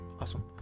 awesome